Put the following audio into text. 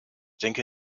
denke